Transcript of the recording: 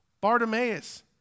Bartimaeus